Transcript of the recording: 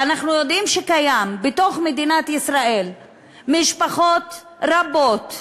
ואנחנו יודעים שקיימות במדינת ישראל משפחות רבות,